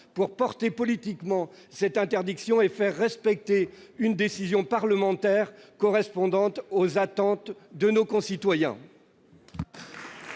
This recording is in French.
pour porter politiquement cette interdiction et faire respecter une décision parlementaire correspondant aux attentes de nos concitoyens